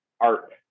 art